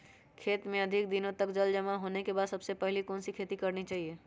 खेत में अधिक दिनों तक जल जमाओ होने के बाद सबसे पहली कौन सी खेती करनी चाहिए?